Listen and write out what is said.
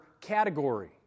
category